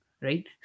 right